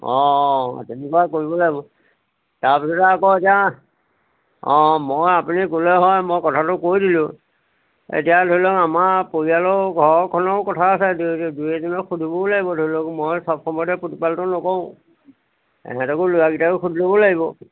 অঁ তেনেকুৱা কৰিব লাগিব তাৰপিছতে আকৌ এতিয়া অ মই আপুনি গ'লে হয় মই কথাটো কৈ দিলোঁ এতিয়া ধৰি লওক আমাৰ পৰিয়ালৰ ঘৰখনৰো কথা আছে দুই দুই দুই এজনক সুধিবও লাগিব ধৰি লওক মই চব সময়তে প্ৰতিপালটো নকৰো সিহঁতকো ল'ৰাকেইটাকো সুধিবও লাগিব